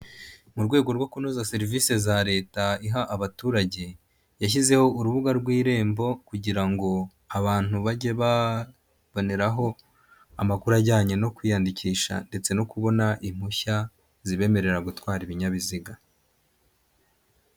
Mu rwego rwo kunoza serivisi za leta iha abaturage, yashyizeho urubuga rw'irembo kugira ngo abantu bajye baboneraho amakuru ajyanye no kwiyandikisha ndetse no kubona impushya zibemerera gutwara ibinyabiziga.